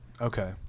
Okay